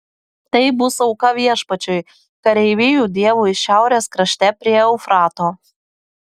tai bus auka viešpačiui kareivijų dievui šiaurės krašte prie eufrato